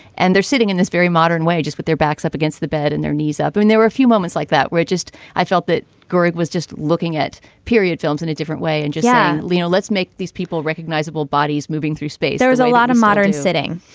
and they're sitting in this very modern way just with their backs up against the bed and their knees up. and there were a few moments like that were just i felt that greg was just looking at period films in a different way and just. yeah leo, let's make these people recognizable bodies moving through space there was a lot of modern sitting.